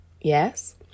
Yes